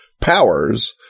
powers